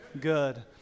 Good